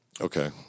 Okay